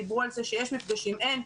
דיברו על זה שיש מפגשים, אין.